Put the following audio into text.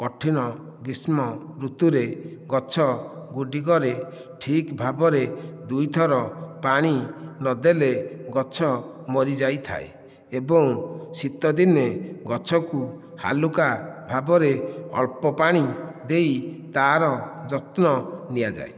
କଠିନ ଗ୍ରୀଷ୍ମ ଋତୁରେ ଗଛ ଗୁଡ଼ିକରେ ଠିକ ଭାବରେ ଦୁଇ ଥର ପାଣି ନ ଦେଲେ ଗଛ ମରିଯାଇଥାଏ ଏବଂ ଶୀତଦିନେ ଗଛକୁ ହାଲୁକା ଭାବରେ ଅଳ୍ପ ପାଣି ଦେଇ ତାର ଯତ୍ନ ନିଆଯାଏ